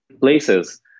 places